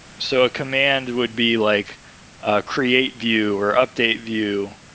so a command would be like a create view, or update view,